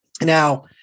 Now